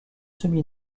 semi